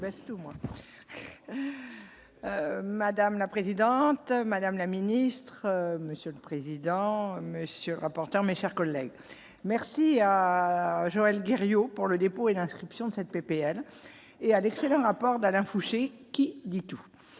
Madame la présidente, madame la ministre, monsieur le président, monsieur le rapporteur, mes chers collègues, merci à Joël du Rio pour le dépôt et l'inscription de cette PPL et a d'excellents rapports d'Alain Fouché, qui dit tout,